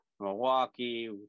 Milwaukee